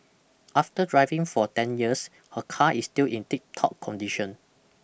after driving for ten years her car is still in tiptop condition